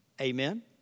Amen